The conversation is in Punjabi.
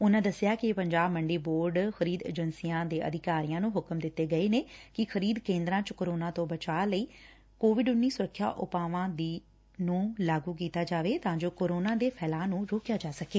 ਉਨਾ ਕਿਹਾ ਕਿ ਪੰਜਾਬ ਮੰਡੀ ਬੋਰਡ ਖਰੀਦ ਏਜੰਸੀਆ ਦੇ ਅਧਿਕਾਰੀਆਂ ਨੂੰ ਹੁਕਮ ਦਿੱਤੇ ਗਏ ਨੇ ਕਿ ਖਰੀਦ ੱਕੇ ਂਦਰਾਂ ਚ ਕੋਰੋਨਾ ਤੋ ਬਚਾਅ ਲਈ ਸੁਰੱਖਿਆ ਨਿਯਮਾਂ ਨੂੰ ਲਾਗੁ ਕੀਤਾ ਜਾਵੇ ਤਾਂ ਜੋ ਕੋਰੋਨਾ ਦੇ ਫੈਲਾਅ ਨੂੰ ਰੋਕਿਆ ਜਾ ਸਕੇ